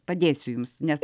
padėsiu jums nes